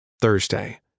Thursday